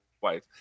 wife